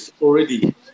already